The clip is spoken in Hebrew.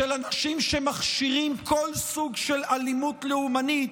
של אנשים שמכשירים כל סוג של אלימות לאומנית,